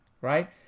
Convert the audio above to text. right